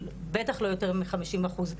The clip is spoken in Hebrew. בטח לא יותר מ-50 אחוז,